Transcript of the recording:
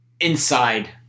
inside